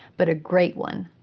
but a great one.